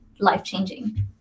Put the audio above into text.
life-changing